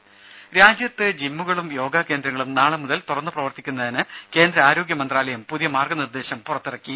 ദേദ രാജ്യത്ത് ജിമ്മുകളും യോഗ കേന്ദ്രങ്ങളും നാളെ മുതൽ തുറന്ന് പ്രവർത്തിക്കുന്നതിന് കേന്ദ്ര ആരോഗ്യ മന്ത്രാലയം പുതിയ മാർഗനിർദേശം പുറത്തിറക്കി